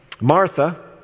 Martha